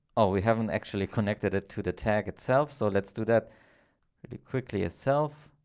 or we haven't actually connected it to the tag itself. so let's do that really quickly itself.